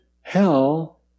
hell